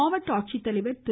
மாவட்ட ஆட்சித்தலைவர் திரு